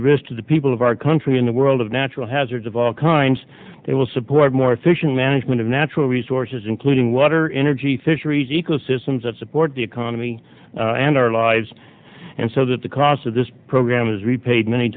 the risk to the people of our country in a world of natural hazards of all kinds they will support more efficient management of natural resources including water energy fisheries ecosystems that support the economy and our lives and so that the cost of this program is repaid many